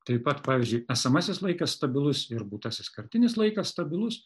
taip pat pavyzdžiui esamasis laikas stabilus ir būtasis kartinis laikas stabilus